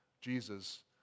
Jesus